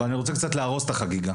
אבל אני רוצה קצת להרוס את החגיגה,